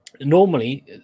normally